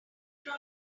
from